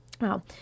wow